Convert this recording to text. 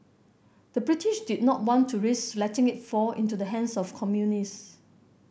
the British did not want to risk letting it fall into the hands of communist